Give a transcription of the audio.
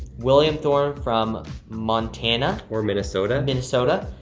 william thorne from montana. or minnesota minnesota.